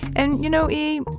and you know e?